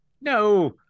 No